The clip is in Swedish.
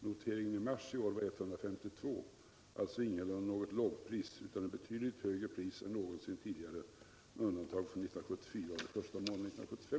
Notceringen i mars i år var 152 — alltså ingalunda något lågpris, utan ett betydligt högre pris än någonsin tidigare med undantag för 1974 och den första månaden 1975.